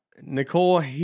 Nicole